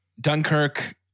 Dunkirk